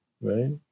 Right